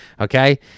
Okay